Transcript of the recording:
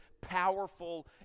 powerful